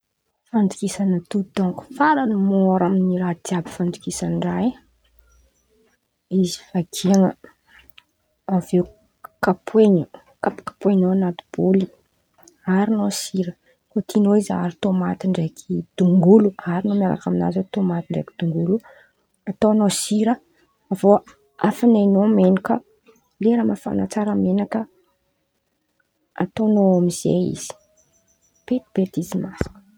Fandian̈any atody dônko faran̈y môra amy raha jiàby fandokisandraha e! Izy vakian̈a, avy eo kapoin̈y kapokapoin̈ao an̈aty bôly, aharon̈ao sira kô tian̈ao izy, aharon̈ao tômaty ndraiky dongolo; aharon̈ao miaraka aminazy tômaty ndraiky dongolo, ataon̈ao sira avy eo afanain̈ao menakà lera mafan̈a tsara menakà ataon̈ao ao amizay izy. Betibetiby izy masaka.